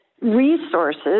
resources